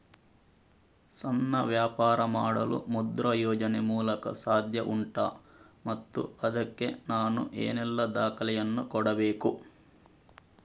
ಸಣ್ಣ ವ್ಯಾಪಾರ ಮಾಡಲು ಮುದ್ರಾ ಯೋಜನೆ ಮೂಲಕ ಸಾಧ್ಯ ಉಂಟಾ ಮತ್ತು ಅದಕ್ಕೆ ನಾನು ಏನೆಲ್ಲ ದಾಖಲೆ ಯನ್ನು ಕೊಡಬೇಕು?